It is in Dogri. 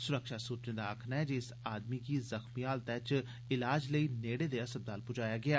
सुरक्षा सूर्वे दा आक्खना ऐ जे इस आदमी गी जख्मी हालतै च इलाज लेई नेडे दे अस्पताल पुजाया गेया